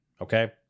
Okay